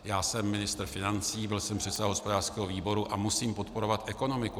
Já jsem ministr financí, byl jsem předseda hospodářského výboru a musím podporovat ekonomiku.